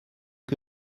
que